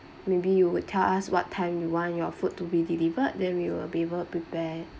maybe you would tell us what time you want your food to be delivered then we will be able prepare